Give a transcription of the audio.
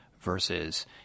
versus